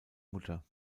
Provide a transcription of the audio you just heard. mutter